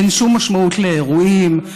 אין שום משמעות לאירועים,